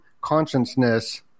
consciousness